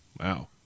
Wow